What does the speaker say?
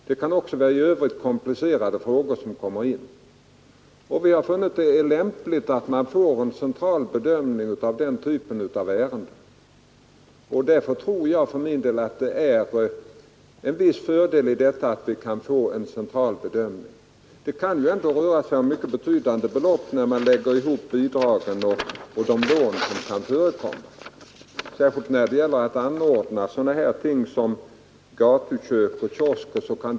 Det kan också i övrigt vara komplicerade frågor Vi har funnit att det är lämpligt att ha en central bedömning av den typen av ärenden, och jag tror att det ligger en viss fördel i detta. Det kan ju ofta röra sig om mycket betydande belopp när man lägger ihop bidragen och de lån som kan förekomma, exempelvis när det gäller att anordna sådana ting som gatukök och kiosker.